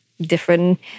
different